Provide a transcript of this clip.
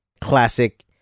classic